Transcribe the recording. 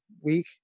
week